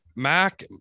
Mac